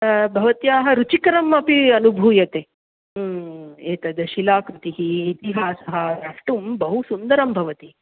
भवत्याः रुचिकरम् अपि अनुभूयते एतद् शिलाकृतिः इतिहासः द्रष्टुं बहु सुन्दरं भवति